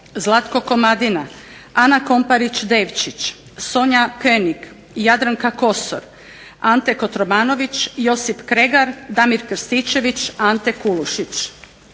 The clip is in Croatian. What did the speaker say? Zlatko Komadina, Ana Komparić Devčić, Sonja König, Jadranka Kosor, Ante Kotromanović, Josip Kregar, Damir Krstičević, Ante Kulušić,